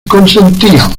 consentían